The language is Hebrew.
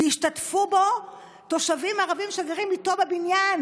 והשתתפו בו תושבים ערבים שגרים איתו בבניין.